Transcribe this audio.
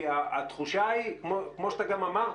כי התחושה היא כמו שאתה גם אמרת,